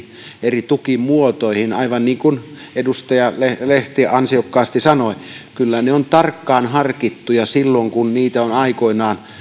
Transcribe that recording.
eri tukimuotoihin aivan niin kuin edustaja lehti ansiokkaasti sanoi kyllä on tarkkaan harkittu jo silloin kun niitä on aikoinaan